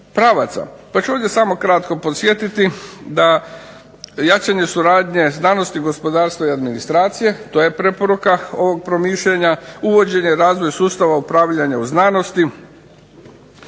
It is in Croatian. Pa ću ovdje samo kratko podsjetiti da jačanje suradnje znanosti, gospodarstva i administracije, to je preporuka, ovog promišljanja, uvođenje razvoj sustava, upravljanje u znanosti,